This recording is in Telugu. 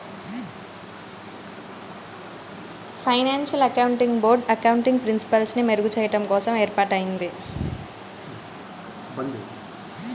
ఫైనాన్షియల్ అకౌంటింగ్ బోర్డ్ అకౌంటింగ్ ప్రిన్సిపల్స్ని మెరుగుచెయ్యడం కోసం ఏర్పాటయ్యింది